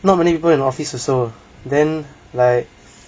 not many people in office also then like